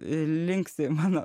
linksi mano